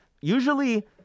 usually –